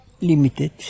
limited